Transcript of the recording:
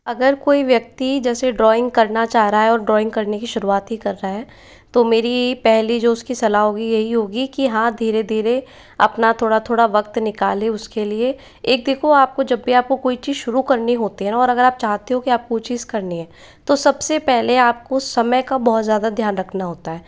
अगर कोई व्यक्ति जैसे ड्राइंग करना चाह रहा है और ड्राइंग करने की शुरुआत ही कर रहा है तो मेरी पहली जो उसको सलाह होगी वो यही होगी कि हाँ धीरे धीरे अपना थोड़ा थोड़ा वक़्त निकाले उसके लिए एक देखो आप को जब भी आप को कोई चीज़ शुरू करनी होती है और अगर आप चाहते हो कि आप को वो चीज़ करनी है तो सब से पहले आप को समय का बहुत ज़्यादा ध्यान रखना होता है